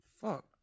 Fuck